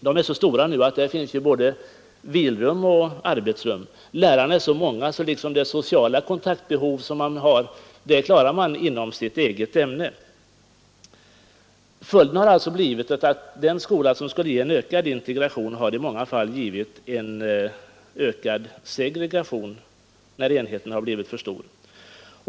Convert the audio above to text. Dessa institutioner är nu så stora att de innehåller både vilrum och arbetsrum, och lärarna är så många att de kan klara sitt sociala kontaktbehov inom sitt eget ämne. Följden har varit att den skola som skulle ge en ökad integration i många fall i stället har givit till resultat en ökad segregation när enheterna har blivit för stora.